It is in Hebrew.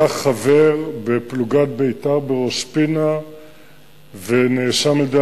היה חבר בפלוגת בית"ר בראש-פינה ונאשם בידי